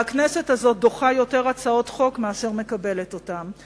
והכנסת הזאת דוחה יותר הצעות חוק מאשר מקבלת אותן.